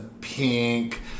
pink